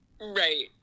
Right